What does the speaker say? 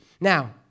Now